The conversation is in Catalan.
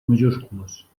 majúscules